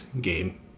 game